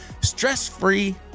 stress-free